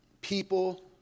people